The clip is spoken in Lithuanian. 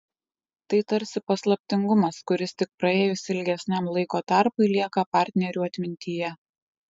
tai tarsi paslaptingumas kuris tik praėjus ilgesniam laiko tarpui lieka partnerių atmintyje